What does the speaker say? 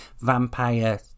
vampire